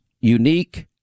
unique